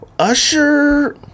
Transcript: Usher